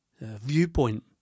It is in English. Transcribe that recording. viewpoint